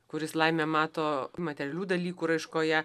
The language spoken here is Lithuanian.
kuris laimę mato materialių dalykų raiškoje